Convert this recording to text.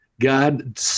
God